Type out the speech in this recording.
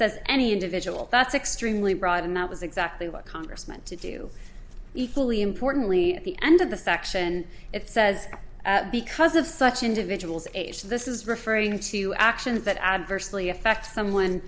says any individual that's extremely broad and that was exactly what congressman to do equally importantly at the end of the section it says because of such individuals age this is referring to actions that adversely affect someone